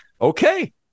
Okay